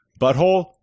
butthole